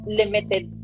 limited